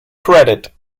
credit